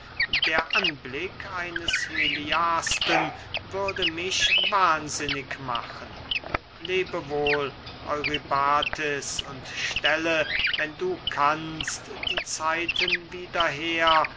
der anblick eines heliasten würde mich wahnsinnig machen lebe wohl eurybates und stelle wenn du kannst die zeiten wieder her